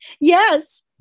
Yes